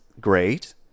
great